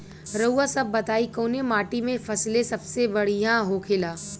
रउआ सभ बताई कवने माटी में फसले सबसे बढ़ियां होखेला?